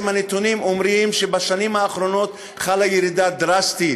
הנתונים אומרים שבשנים האחרונות חלה ירידה דרסטית